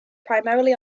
primarily